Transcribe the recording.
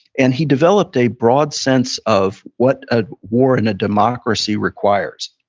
and he developed a broad sense of what a war in a democracy requires.